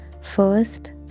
First